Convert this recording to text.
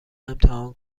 امتحان